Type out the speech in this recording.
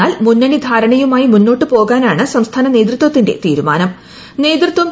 എന്നാൽ മുന്നണിധാരണയുമായി മുന്നോട്ട്പോകാനാണ് സംസ്ഥാന നേതൃത്വത്തിന്റെ തീരുമാനം